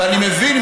ואני מבין,